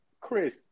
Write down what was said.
Chris